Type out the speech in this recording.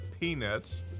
peanuts